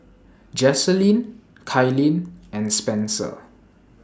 Jaslene Kailyn and Spencer